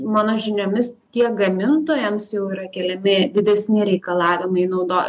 mano žiniomis tiek gamintojams jau yra keliami didesni reikalavimai naudoti